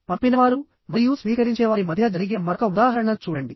పంపినవారు మరియు స్వీకరించేవారి మధ్య జరిగే మరొక ఉదాహరణను చూడండి